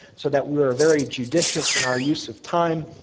so, that we are a very judicious in our use of time,